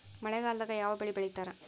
ಮಳೆಗಾಲದಾಗ ಯಾವ ಬೆಳಿ ಬೆಳಿತಾರ?